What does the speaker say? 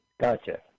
Gotcha